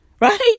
Right